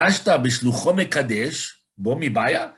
אשתה בשלוחו מקדש, בוא מבעיה.